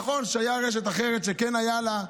נכון שהייתה רשת אחרת שכן היו לה,